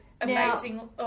amazing